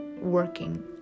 working